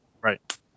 Right